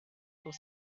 pour